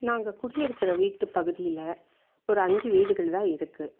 நாங்கள் குடியிருக்கிற வீட்டு பகுதியில் ஒரு அஞ்சு வீடுகள் தான் இருக்குது